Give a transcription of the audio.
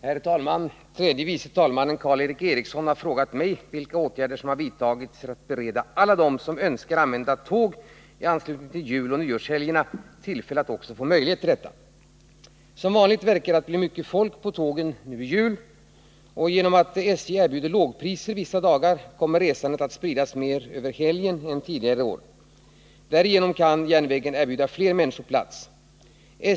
Herr talman! Tredje vice talmannen Karl Erik Eriksson har frågat mig vilka åtgärder som har vidtagits för att bereda alla dem som önskar använda tåg i anslutning till juloch nyårshelgerna tillfälle att också få möjlighet till detta. Som vanligt verkar det att bli mycket folk på tågen i jul. Genom att SJ erbjuder lågpris vissa dagar kommer resandet att spridas mer över helgen än tidigare år. Därigenom kan järnvägen erbjuda fler människor plats.